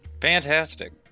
Fantastic